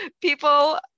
People